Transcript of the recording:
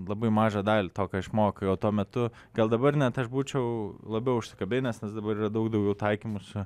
labai mažą dalį to ką išmokai o tuo metu gal dabar net aš būčiau labiau užsikabinęs nes dabar yra daug daugiau taikymų čia